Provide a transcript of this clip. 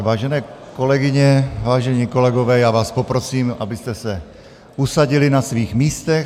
Vážené kolegyně, vážení kolegové, já vás poprosím, abyste se usadili na svých místech.